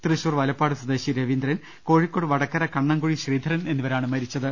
തൃശൂർ വലപ്പാട് സ്വദേശി രവീന്ദ്രൻ കോഴിക്കോട് വടക്കര കണ്ണംക്കുഴി ശ്രീധരൻ എന്നിവരാണ് മരിച്ചത്